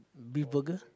beef burger